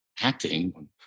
acting